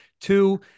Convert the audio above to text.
Two